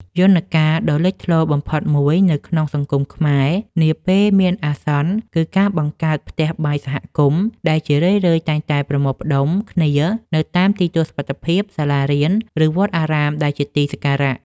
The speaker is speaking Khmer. យន្តការដ៏លេចធ្លោបំផុតមួយនៅក្នុងសង្គមខ្មែរនាពេលមានអាសន្ន គឺការបង្កើត ផ្ទះបាយសហគមន៍ ដែលជារឿយៗតែងតែប្រមូលផ្ដុំគ្នានៅតាមទីទួលសុវត្ថិភាព សាលារៀន ឬវត្តអារាមដែលជាទីសក្ការៈ។